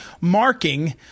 marking